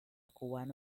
cubano